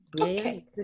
Okay